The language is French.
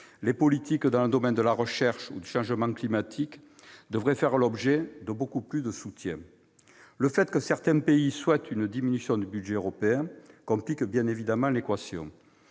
des jeunes, ou dans les domaines de la recherche ou de la lutte contre le changement climatique, devraient faire l'objet de beaucoup plus de soutien. Le fait que certains pays demandent une diminution du budget européen complique bien entendu l'équation.